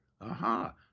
Aha